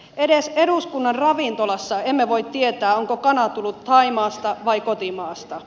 edes eduskunnan ravintolassa emme voi tietää onko kana tullut thaimaasta vai kotimaasta